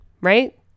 Right